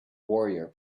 warrior